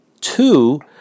Two